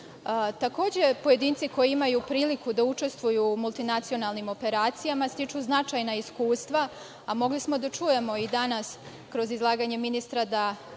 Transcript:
svetu. Takođe, pojedinci koji imaju priliku da učestvuju u multinacionalnim operacijama stiču značajna iskustva, a mogli smo da čujemo i danas kroz izlaganje ministra da